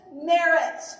merit